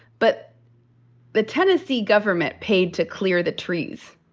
but the tennessee government paid to clear the trees.